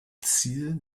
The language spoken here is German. ziel